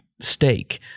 steak